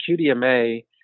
QDMA